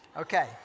Okay